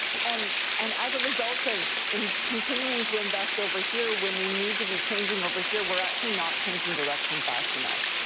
and and as a result of continuing to invest over here when we need to be changing over here, we're actually not changing direction fast enough.